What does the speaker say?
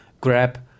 grab